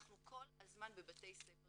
אנחנו כל הזמן בבתי ספר.